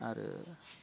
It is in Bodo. आरो